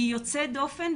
היא יוצאת דופן.